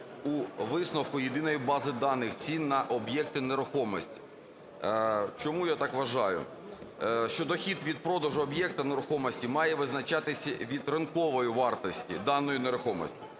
у висновку Єдиної бази даних цін на об'єкти нерухомості". Чому я так вважаю? Що дохід від продажу об'єкта нерухомості має визначатися від ринкової вартості даної нерухомості.